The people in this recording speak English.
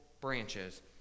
branches